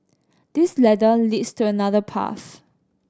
this ladder leads to another path